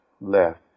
left